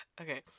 Okay